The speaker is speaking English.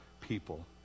people